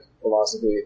philosophy